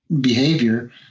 behavior